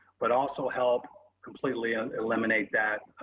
but also help completely and eliminate that,